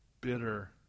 bitter